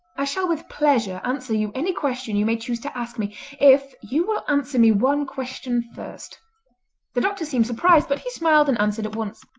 i shall with pleasure answer you any question you may choose to ask me if you will answer me one question first the doctor seemed surprised, but he smiled and answered at once,